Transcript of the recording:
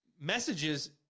messages